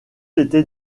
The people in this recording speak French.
était